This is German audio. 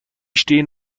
stehen